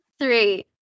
three